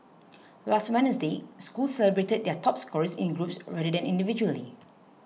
last Wednesday schools celebrated their top scorers in groups rather than individually